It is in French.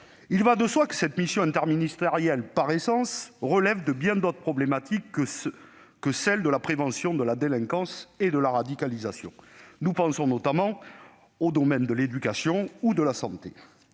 Il va de soi que cette mission interministérielle relève, par essence, de bien d'autres problématiques que celles de la prévention de la délinquance et de la radicalisation. Nous pensons notamment aux domaines de l'éducation ou de la santé.